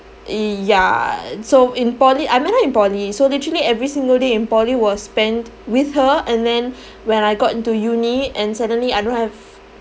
ya so in poly I met her in poly so literally every single day in poly was spent with her and then when I got into uni and suddenly I don't have